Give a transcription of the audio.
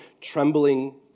trembling